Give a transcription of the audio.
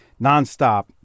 nonstop